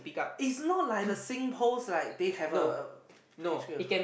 it's not like the SingPost like they have a a